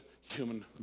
human